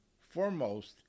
foremost